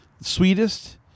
Sweetest